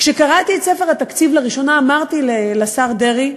כשקראתי את ספר התקציב לראשונה, אמרתי לשר דרעי: